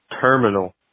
terminal